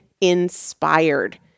inspired